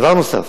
דבר נוסף,